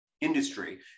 industry